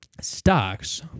stocks